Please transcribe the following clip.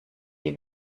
die